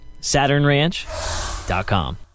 SaturnRanch.com